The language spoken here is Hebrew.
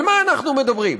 על מה אנחנו מדברים?